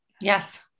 Yes